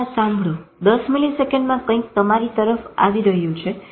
હવે આ સાંભળો 10 મીલીસેકંડમાં કંઈક તમારી તરફ આવી રહ્યું છે